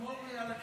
שמור לי על הכנסת,